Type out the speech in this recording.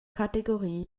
kategorie